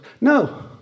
No